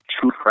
true